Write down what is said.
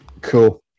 Cool